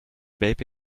baby